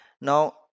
now